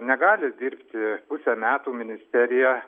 negali dirbti pusę metų ministerija